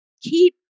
Keep